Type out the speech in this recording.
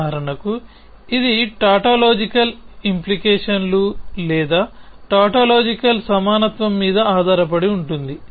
ఉదాహరణకు ఇది tautological implication లు లేదా టాటోలాజికల్ సమానత్వం మీద ఆధారపడి ఉంటుంది